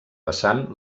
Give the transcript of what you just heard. vessant